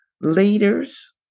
leaders